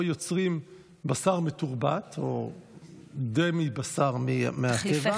יוצרים בשר מתורבת או בשר דמי מהטבע,